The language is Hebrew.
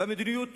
במדיניות